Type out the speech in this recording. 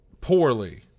Poorly